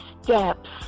steps